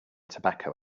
tobacco